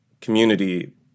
community